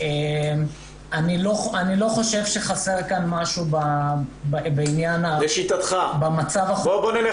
אני לא חושב שחסר כאן משהו במצב ה- -- בוא ניקח